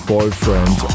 Boyfriend